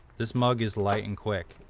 this mug is light and quick.